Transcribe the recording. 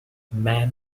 man